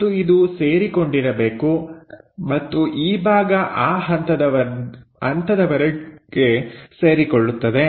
ಮತ್ತು ಇದು ಸೇರಿಕೊಂಡಿರಬೇಕು ಮತ್ತು ಈ ಭಾಗ ಆ ಹಂತದವರೆಗೆ ಸೇರಿಕೊಳ್ಳುತ್ತದೆ